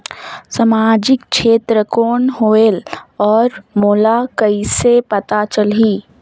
समाजिक क्षेत्र कौन होएल? और मोला कइसे पता चलही?